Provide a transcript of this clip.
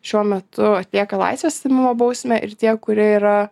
šiuo metu atlieka laisvės atėmimo bausmę ir tie kurie yra